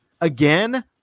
again